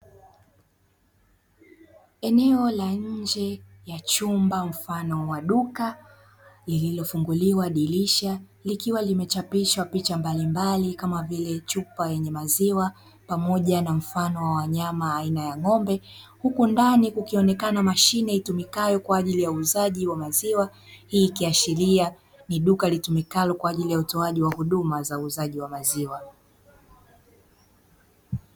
Eneo la nje ya chumba mfano wa duka lililofunguliwa dirisha likiwa limechapishwa picha mbalimbali kama vile chupa yenye maziwa pamoja na mfano wa wanyama aina ya ng'ombe, huku ndani kukionekana mashine itumikayo kwa ajili ya uuzaji wa maziwa hii kiashiria ni duka litumikalo kwa ajili ya utoaji wa huduma za uuzaji wa maziwa.